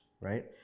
right